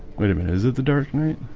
wait a minute is it the dark knight?